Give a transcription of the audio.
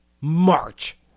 march